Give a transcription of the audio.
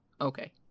Okay